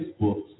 books